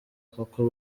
koko